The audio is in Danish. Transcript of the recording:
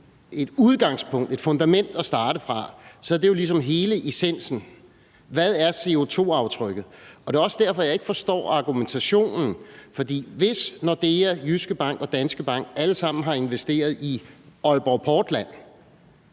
et udgangspunkt, et fundament, at starte fra, så er hele essensen jo ligesom: Hvad er CO2-aftrykket? Og det er også derfor, at jeg ikke forstår argumentationen, for hvis Nordea, Jyske Bank og Danske Bank alle sammen har investeret i Aalborg Portland,